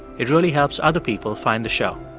it really helps other people find the show.